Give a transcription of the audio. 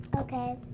Okay